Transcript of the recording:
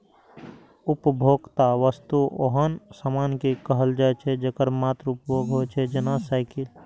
उपभोक्ता वस्तु ओहन सामान कें कहल जाइ छै, जेकर मात्र उपभोग होइ छै, जेना साइकिल